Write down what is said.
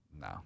No